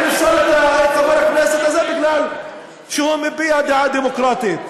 לפסול את חבר הכנסת הזה כי הוא מביע דעה דמוקרטית.